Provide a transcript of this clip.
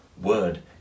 word